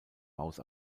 maus